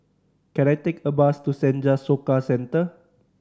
can I take a bus to Senja Soka Centre